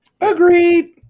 Agreed